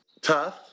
tough